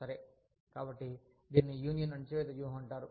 సరే కాబట్టి దీనిని యూనియన్ అణచివేత వ్యూహం అంటారు